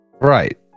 Right